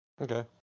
okay